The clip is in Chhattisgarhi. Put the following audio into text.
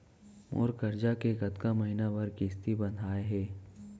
मोर करजा के कतका महीना बर किस्ती बंधाये हे?